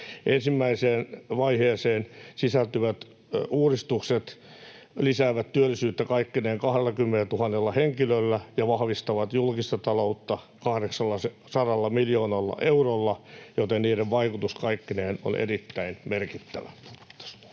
Ensimmäiseen vaiheeseen sisältyvät uudistukset lisäävät työllisyyttä kaikkineen 20 000 henkilöllä ja vahvistavat julkista taloutta 800 miljoonalla eurolla, joten niiden vaikutus kaikkineen on erittäin merkittävä.